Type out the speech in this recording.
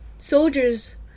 soldiers